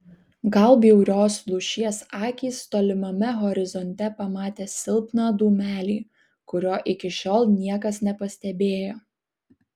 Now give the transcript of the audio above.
gal bjaurios lūšies akys tolimame horizonte pamatė silpną dūmelį kurio iki šiol niekas nepastebėjo